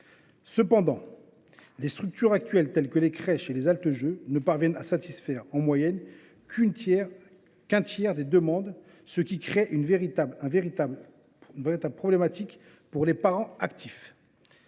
Cependant, les structures actuelles, telles que les crèches et les haltes jeux, ne parviennent à satisfaire en moyenne qu’un tiers des demandes, ce qui constitue un véritable problème pour les parents actifs.